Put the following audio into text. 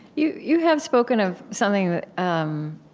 you you have spoken of something that um